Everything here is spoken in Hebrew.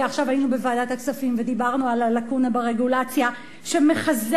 עכשיו היינו בוועדת הכספים ודיברנו על הלקונה ברגולציה שמחזקת